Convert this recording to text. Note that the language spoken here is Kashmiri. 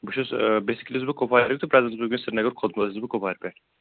بہٕ چھُس بیٚسکٔلی چھُس بہٕ کۅپواریُک تہٕ پرٛیزینٹ چھُس بہٕ وُنٛکیٚس سریٖنَگر کھوٚتمُت اَصلی چھُس بہٕ کۅپوارِ پیٚٹھ